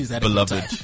beloved